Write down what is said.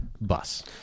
bus